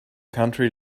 country